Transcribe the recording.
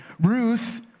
Ruth